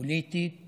הפוליטית